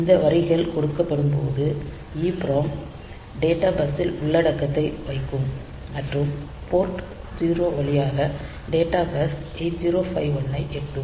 இந்த வரிகள் கொடுக்கப்படும்போது EPROM டேட்டா பஸ்ஸில் உள்ளடக்கத்தை வைக்கும் மற்றும் போர்ட் 0 வழியாக டேட்டா பஸ் 8051 ஐ எட்டும்